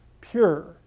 pure